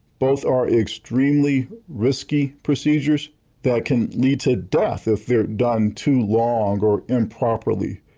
both are extremely risky procedures that can lead to death if they're done too long or improperly.